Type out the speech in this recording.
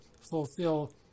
fulfill